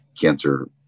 cancer